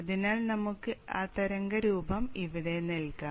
അതിനാൽ നമുക്ക് ആ തരംഗരൂപം ഇവിടെ നൽകാം